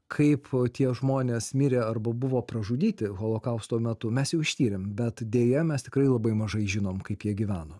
kaip tie žmonės mirė arba buvo pražudyti holokausto metu mes jau ištyrėm bet deja mes tikrai labai mažai žinom kaip jie gyveno